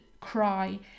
cry